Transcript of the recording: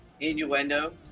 Innuendo